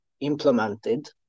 implemented